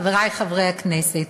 חברי חברי הכנסת,